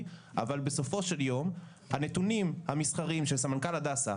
אבל בסופו של יום הנתונים המסחריים של סמנכ"ל הדסה,